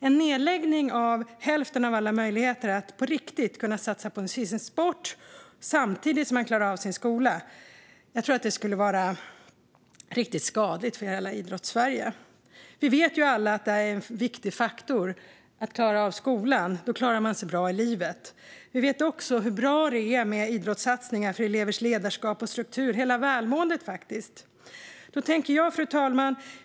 En nedläggning av hälften av alla möjligheter att på riktigt kunna satsa på sin sport samtidigt som man klarar av sin skola tror jag skulle vara riktigt skadligt för hela Idrottssverige. Vi vet alla att det är viktigt att klara av skolan. Då klarar man sig bra i livet. Vi vet också hur bra det är med idrottssatsningar för elevers ledarskap och struktur, för hela välmåendet. Fru talman!